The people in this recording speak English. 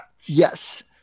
yes